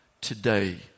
today